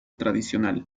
tradicional